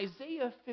Isaiah